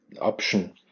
option